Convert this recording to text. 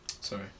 sorry